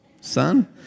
Son